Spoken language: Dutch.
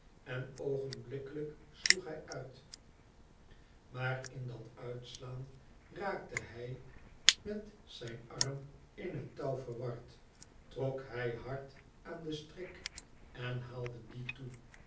en oogenblikkelijk sloeg hij uit maar in dat uitslaan raakte hij met zijn arm in het touw verward trok hij hard aan den strik en haalde dien toe